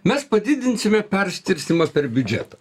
mes padidinsime perskirstymas per biudžetą